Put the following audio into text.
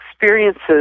experiences